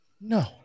No